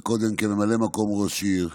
וקודם, כממלא מקום ראש עיר,